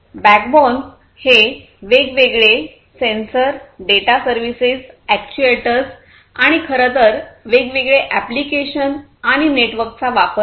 backbone हे वेगवेगळे sensor data services actuators आणि खरं तर वेगवेगळे एप्लिकेशन आणि नेटवर्कचा वापर आहे